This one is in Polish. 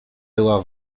była